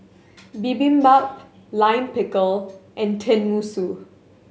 Bibimbap Lime Pickle and Tenmusu